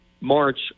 March